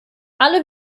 alle